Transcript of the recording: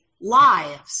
lives